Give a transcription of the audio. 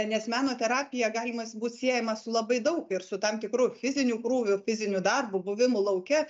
nes meno terapija galima būt siejama su labai daug ir su tam tikru fiziniu krūviu fiziniu darbu buvimu lauke